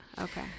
okay